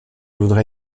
voudrais